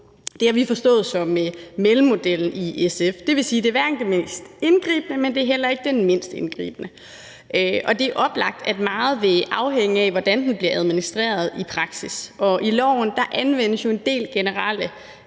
Det har vi i SF forstået som mellemmodellen. Det vil sige, at det ikke er den mest indgribende, men det er heller ikke den mindst indgribende. Og det er oplagt, at meget vil afhænge af, hvordan den bliver administreret i praksis. Og i loven anvendes jo en del generelle